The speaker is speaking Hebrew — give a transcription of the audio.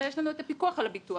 ויש לנו את הפיקוח על הביטוח,